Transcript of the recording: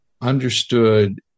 understood